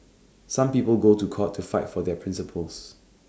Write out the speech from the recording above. some people go to court to fight for their principles